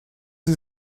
sie